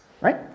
right